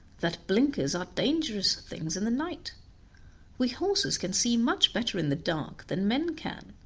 that blinkers are dangerous things in the night we horses can see much better in the dark than men can,